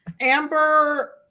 Amber